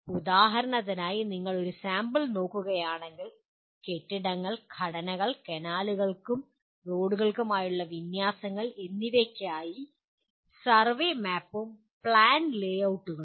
ഉദാഹരണത്തിനായി നിങ്ങൾ ഒരു സാമ്പിൾ നോക്കുകയാണെങ്കിൽ കെട്ടിടങ്ങൾ ഘടനകൾ കനാലുകൾക്കും റോഡുകൾക്കുമായുള്ള വിന്യാസങ്ങൾ എന്നിവയ്ക്കായി സർവേ മാപ്പും പ്ലാൻ ലേ ഔട്ടുകളും